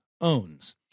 owns